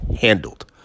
handled